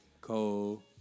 Cole